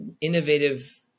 innovative